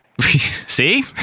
See